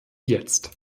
jetzt